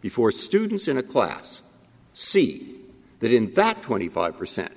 before students in a class see that in fact twenty five percent